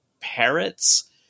parrots